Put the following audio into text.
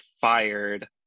fired